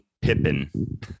Pippin